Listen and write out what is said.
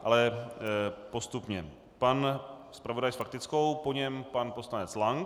Ale postupně pan zpravodaj s faktickou, po něm pan poslanec Lank.